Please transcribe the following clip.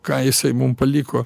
ką jisai mum paliko